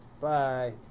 Bye